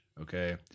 Okay